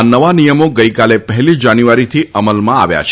આ નવા નિયમો ગઈકાલે પહેલી જાન્યુઆરીથી અમલમાં આવ્યા છે